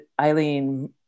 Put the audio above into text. Eileen